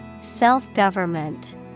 Self-government